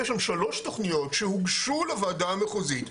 יש שם שלוש תוכניות שהוגשו לוועדה המחוזית,